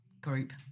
group